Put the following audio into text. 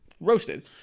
roasted